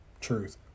truth